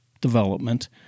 development